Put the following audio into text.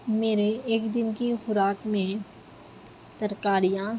میرے ایک دن کی خوراک میں ترکاریاں